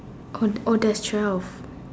con~ oh there's twelve